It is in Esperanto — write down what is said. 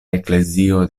eklezio